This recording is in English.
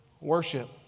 worship